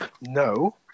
No